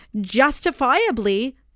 justifiably